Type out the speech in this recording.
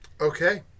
Okay